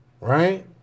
Right